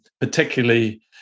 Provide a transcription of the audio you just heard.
particularly